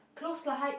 close the hype